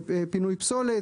פינוי פסולת,